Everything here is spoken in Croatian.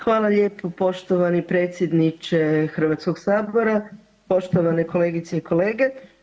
Hvala lijepo poštovani predsjedniče Hrvatskog sabora, poštovane kolegice i kolege.